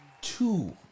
two